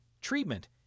treatment